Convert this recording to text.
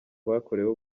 bakoreweho